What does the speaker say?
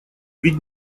ведь